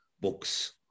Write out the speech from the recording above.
books